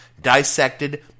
dissected